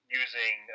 using